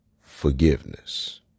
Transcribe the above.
forgiveness